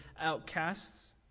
outcasts